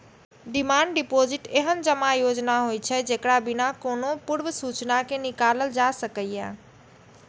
demand deposit एहन जमा योजना होइ छै, जेकरा बिना कोनो पूर्व सूचना के निकालल जा सकैए